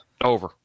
Over